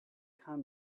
can